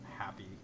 happy